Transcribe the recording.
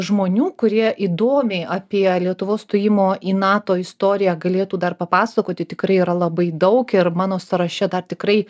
žmonių kurie įdomiai apie lietuvos stojimo į nato istoriją galėtų dar papasakoti tikrai yra labai daug ir mano sąraše dar tikrai